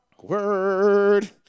word